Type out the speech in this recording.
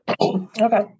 Okay